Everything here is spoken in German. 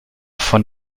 von